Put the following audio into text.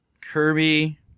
Kirby